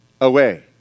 away